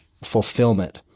fulfillment